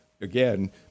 again